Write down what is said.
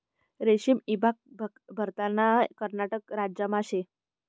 रेशीम ईभाग भारतना कर्नाटक राज्यमा शे